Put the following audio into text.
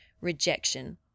rejection